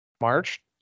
March